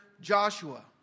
Joshua